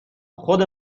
خود